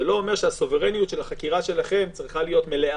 זה לא אומר שהסוברניות של החקירה שלכם צריכה להיות מלאה.